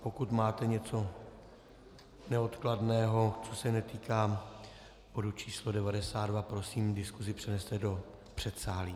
Pokud máte něco neodkladného, co se netýká bodu č. 92, prosím, diskusi přeneste do předsálí.